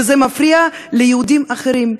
וזה מפריע ליהודים אחרים.